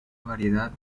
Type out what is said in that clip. variedad